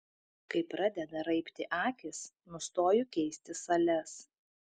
kai pradeda raibti akys nustoju keisti sales